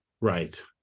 right